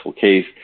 case